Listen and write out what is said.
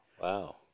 wow